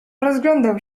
rozglądał